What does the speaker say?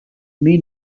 may